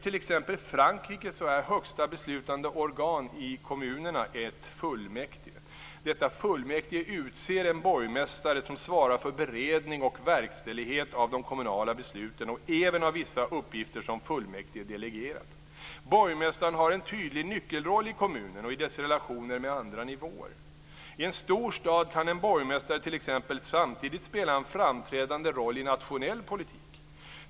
I exempelvis Frankrike är högsta beslutande organ i kommunerna ett fullmäktige. Detta fullmäktige utser en borgmästare som svarar för beredning och verkställighet av de kommunala besluten och även av vissa uppgifter som fullmäktige delegerat. Borgmästaren har en tydlig nyckelroll i kommunen och i dess relationer med andra nivåer. I en stor stad kan en borgmästare t.ex. samtidigt spela en framträdande roll i nationell politik.